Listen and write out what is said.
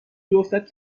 بیفتد